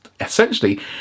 essentially